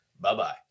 bye-bye